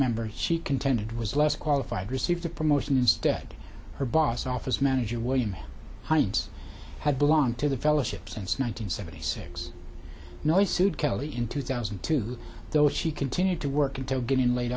member he contended was less qualified received a promotion instead her boss office manager william hinds had belonged to the fellowship since one nine hundred seventy six noise sued kelly in two thousand and two those she continued to work until getting laid